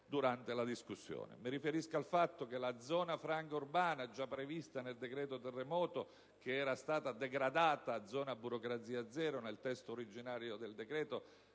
Mi riferisco al fatto che la zona franca urbana, già prevista nel decreto terremoto, che era stata degradata a zona a burocrazia zero nel testo originario del decreto,